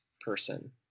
person